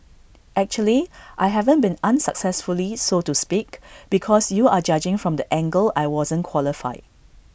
actually I haven't been unsuccessfully so to speak because you are judging from the angle I wasn't qualified